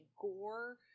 gore